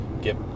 get